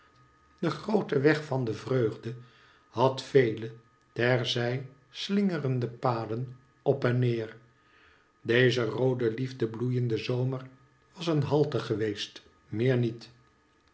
de groote weg van de vreugde had vele ter zij slingerende paden op en neer deze roode liefde bloeiende zomer was een halte geweest meer niet